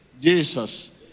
Jesus